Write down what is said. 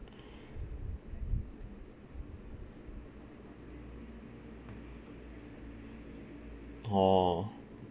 orh